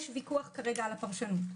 יש ויכוח כרגע על הפרשנות,